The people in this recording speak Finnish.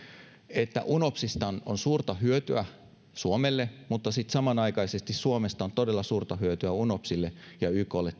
että unopsista on suurta hyötyä suomelle mutta sitten samanaikaisesti suomesta on todella suurta hyötyä unopsille ja yklle